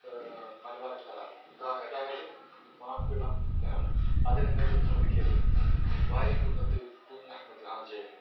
മലബാർ കലാപം അതായത് മാപ്പിള ലഹള അതിന് നേതൃത്വം നൽകിയത് വാരിയം കുന്നത് കുഞ്ഞഹമ്മദ് ഹാജിയായിരുന്നു